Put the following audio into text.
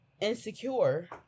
Insecure